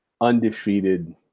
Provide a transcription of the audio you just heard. undefeated